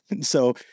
so-